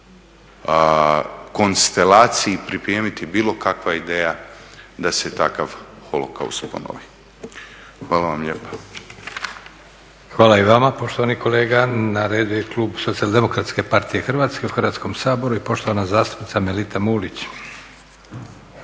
konstelaciji pripremiti bilo kakva ideja da se takav Holokaust ponovi. Hvala vam lijepa. **Leko, Josip (SDP)** Hvala i vama poštovani kolega. Na redu je klub Socijaldemokratske partije Hrvatske u Hrvatskom saboru i poštovana zastupnica Melita Mulić.